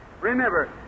Remember